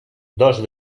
dos